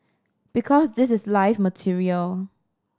because this is live material